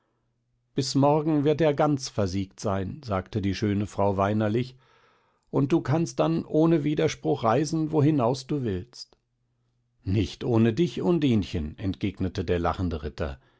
bis morgen wird er ganz versiegt sein sagte die schöne frau weinerlich und du kannst dann ohne widerspruch reisen wohinaus du willst nicht ohne dich undinchen entgegnete der lachende ritter